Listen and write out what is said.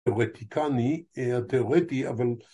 תיאורטיקני, תיאורטי אבל